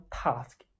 task